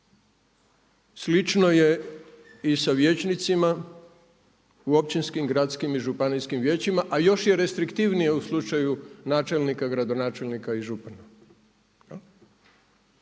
Slično je i sa vijećnicima u općinskim, gradskim i županijskim vijećima, a još je restriktivnije u slučaju načelnika, gradonačelnika i župana.